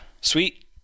Sweet